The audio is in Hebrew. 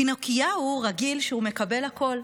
פינוקיהו רגיל שהוא מקבל הכול,